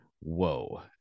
Whoa